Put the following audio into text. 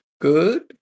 Good